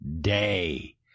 Day